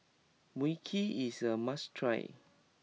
Mui Kee is a must try